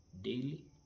daily